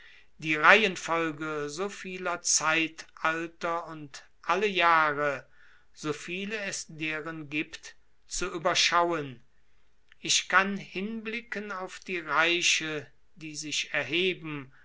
die reihenfolge so vieler zeitalter und alle jahre so viele es deren gibt zu überschauen ich kann hinblicken auf die reiche die sich erheben